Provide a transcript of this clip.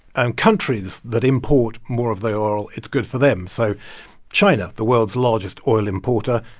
and countries that import more of their oil, it's good for them. so china, the world's largest oil importer,